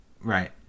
Right